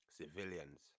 Civilians